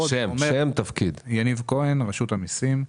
יניב כהן מרשות המיסים.